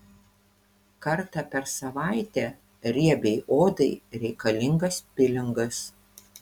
kartą per savaitę riebiai odai reikalingas pilingas